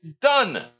done